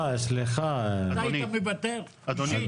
אתה היית מוותר, אישית?